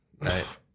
right